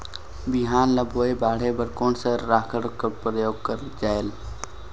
बिहान ल बोये बाढे बर कोन सा राखड कर प्रयोग करले जायेल?